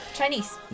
Chinese